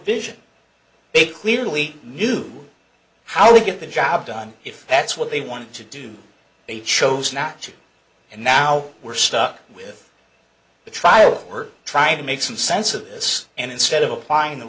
provision they clearly knew how to get the job done if that's what they want to do they chose not to and now we're stuck with the trial we're trying to make some sense of this and instead of applying the